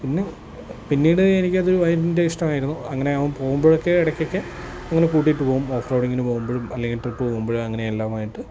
പിന്നീട് എനിക്ക് അത് ഇഷ്ടമായിരുന്നു അങ്ങനെ പോകുമ്പോഴേക്ക് ഇടക്കൊക്കെ ഇങ്ങനെ കൂട്ടിയിട്ടു പോകും ഓഫ് റോഡിങ്ങിന് പോകുമ്പോഴും അല്ലെങ്കിൽ ട്രിപ്പ് പോകുമ്പോഴും അങ്ങനെ എല്ലാമായിട്ട്